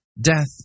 Death